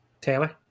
Taylor